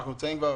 אנחנו נמצאים כבר